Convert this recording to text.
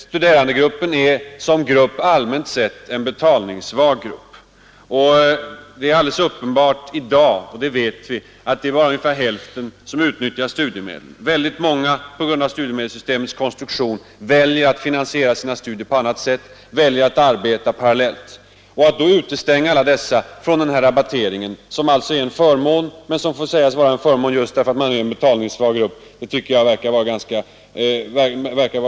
Studerandegruppen är allmänt sett en betalningssvag grupp. Vi vet att bara ungefär hälften av de studerande utnyttjar studiemedel. På grund av studiemedelssystemets konstruktion väljer många att finansiera sina studier på annat sätt, att t.ex. arbeta parallellt med studierna. Att utestänga alla dessa från rabatteringen, som är en förmån som lämnas åt en betalningssvag grupp, tycker jag verkar vara ganska underligt.